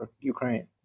Ukraine